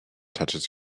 touches